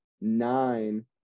nine